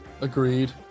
agreed